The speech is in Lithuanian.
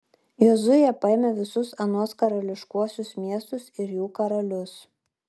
jozuė paėmė visus anuos karališkuosius miestus ir jų karalius